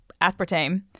aspartame